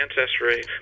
ancestry